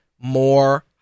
more